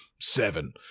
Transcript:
seven